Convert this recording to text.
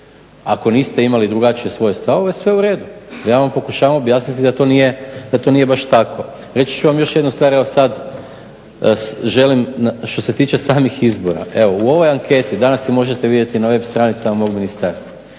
Ako niste imali drugačije svoje stavove sve u redu. Ja vam pokušavam objasniti da to nije baš tako. Reći ću vam još jednu stvar, evo sad želim što se tiče samih izbora. Evo u ovoj anketi, danas je možete vidjeti na web stranicama mog ministarstva,